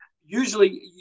usually